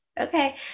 Okay